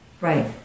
Right